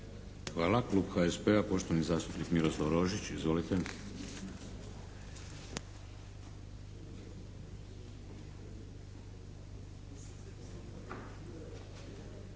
Hvala. Klub HSP-a poštovani zastupnik Miroslav Rožić. Izvolite.